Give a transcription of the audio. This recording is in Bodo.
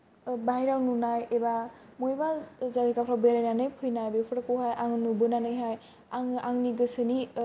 ओ बायह्रायाव एबा बबेबा जायगाफोराव बेरायनानै फैनाय बेफोरखौहाय आं नुबोनानैहाय आङो आंनि गोसोनि